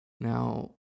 Now